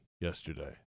yesterday